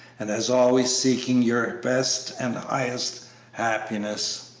and as always seeking your best and highest happiness.